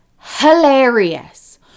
Hilarious